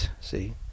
see